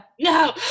No